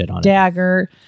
dagger